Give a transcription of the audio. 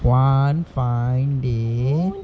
one fine day